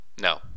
No